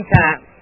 time